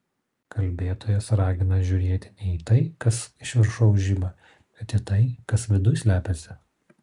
kalbėtojas ragina žiūrėti ne į tai kas iš viršaus žiba bet į tai kas viduj slepiasi